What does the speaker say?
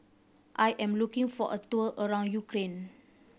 I am looking for a tour around Ukraine